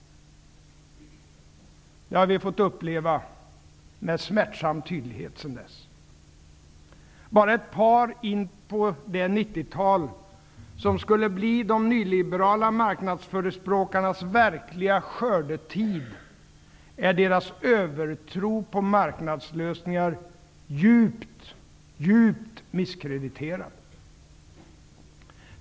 Det har vi fått uppleva med smärtsam tydlighet sedan dess. Redan ett par år in på det 90-tal som skulle bli de nyliberala marknadsförespråkarnas verkliga skördetid är deras övertro på marknadslösningar djupt misskrediterad.